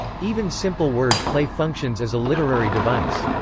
even simple word play functions as a literary device.